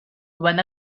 when